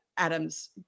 Adam's